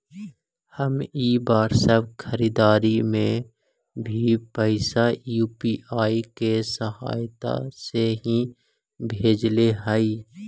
हम इ बार सब खरीदारी में भी पैसा यू.पी.आई के सहायता से ही भेजले हिय